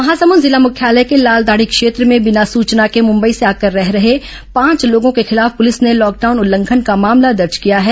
महासमुंद जिला मुख्यालय के लालदाढ़ी क्षेत्र में बिना सूचना के मुंबई से आकर रह रहे पांच लोगों के खिलाफ पुलिस ने लॉकडाउन उल्लंघन का मामला दर्ज किया हैं